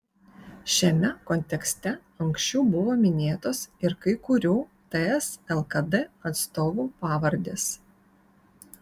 šiame kontekste anksčiau buvo minėtos ir kai kurių ts lkd atstovų pavardės